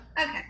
Okay